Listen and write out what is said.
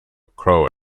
croats